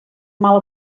mal